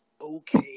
okay